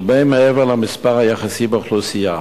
הרבה מעבר למספר היחסי באוכלוסייה.